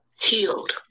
healed